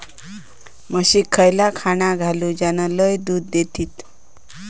म्हशीक खयला खाणा घालू ज्याना लय दूध देतीत?